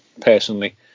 personally